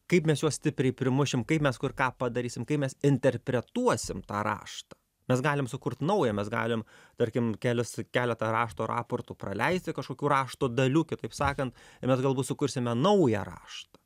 kaip mes juos stipriai primušim kaip mes kur ką padarysim kai mes interpretuosim tą raštą mes galim sukurt naują mes galim tarkim kelis keletą rašto raportų praleisti kažkokių rašto dalių kitaip sakant tai mes galbūt sukursime naują raštą